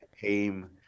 came